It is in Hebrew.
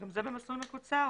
שגם זה במסלול מקוצר,